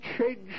change